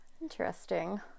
Interesting